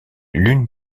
l’une